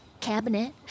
cabinet